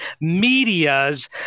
medias